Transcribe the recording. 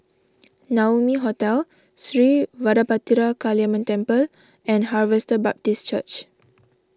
Naumi Hotel Sri Vadapathira Kaliamman Temple and Harvester Baptist Church